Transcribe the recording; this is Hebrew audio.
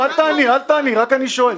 לא, אל תעני, רק אני שואל.